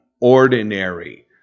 ordinary